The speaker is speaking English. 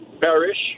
perish